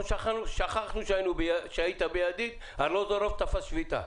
שכחנו שהיית ב"ידיד" וארלוזורוב תפס שביתה.